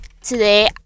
today